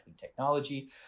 technology